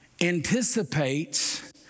anticipates